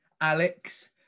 Alex